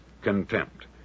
contempt